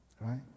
Right